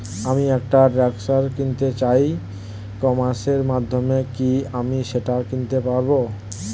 আমি একটা ট্রাক্টর কিনতে চাই ই কমার্সের মাধ্যমে কি আমি সেটা কিনতে পারব?